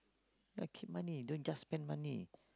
keep money don't just spend money